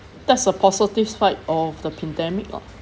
that's a positive side of the pandemic lah